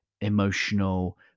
emotional